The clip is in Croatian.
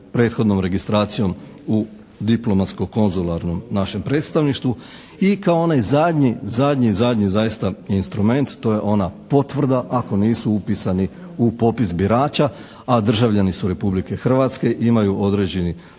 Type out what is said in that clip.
prethodnom registracijom u diplomatsko-konzularnom našem predstavništvu. I kao onaj zadnji, zadnji, zadnji zaista instrument to je ona potvrda ako nisu upisani u popis birača a državljani su Republike Hrvatske, imaju određeni dokument.